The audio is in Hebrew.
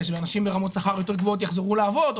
ואנשים ברמות שכר יותר נמוכות יחזרו לעבוד,